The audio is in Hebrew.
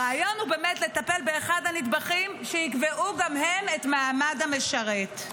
הרעיון הוא לטפל באחד הנדבכים שיקבעו גם הם את מעמד המשרת.